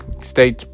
stay